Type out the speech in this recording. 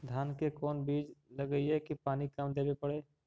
धान के कोन बिज लगईऐ कि पानी कम देवे पड़े?